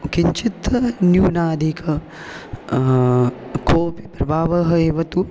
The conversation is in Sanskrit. किञ्चित् न्यूनाधिकं कोपि प्रभावः एव तु